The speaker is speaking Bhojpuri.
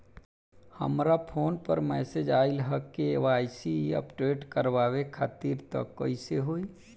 हमरा फोन पर मैसेज आइलह के.वाइ.सी अपडेट करवावे खातिर त कइसे होई?